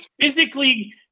physically